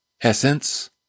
essence